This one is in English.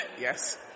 Yes